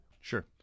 Sure